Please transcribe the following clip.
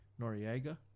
Noriega